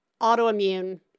autoimmune